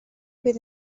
bydd